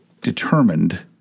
determined